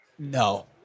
No